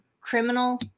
criminal